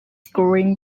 screwing